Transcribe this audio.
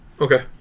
okay